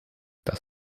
das